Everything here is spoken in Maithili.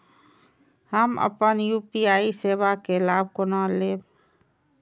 हम अपन यू.पी.आई सेवा के लाभ केना लैब?